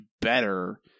better